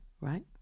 right